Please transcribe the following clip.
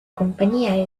compañía